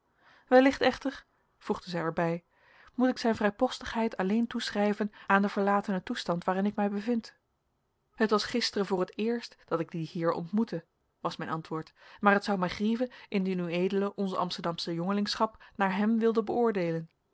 wellicht echter voegde zij er bij moet ik zijn vrijpostigheid alleen toeschrijven aan den verlatenen toestand waarin ik mij bevind het was gisteren voor het eerst dat ik dien heer ontmoette was mijn antwoord maar het zou mij grieven indien ued onze amsterdamsche jongelingschap naar hem wilde beoordeelen